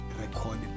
recorded